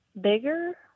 bigger